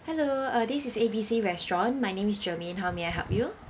hello uh this is A B C restaurant my name is germaine how may I help you